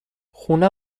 خونه